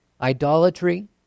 Idolatry